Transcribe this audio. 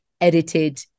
edited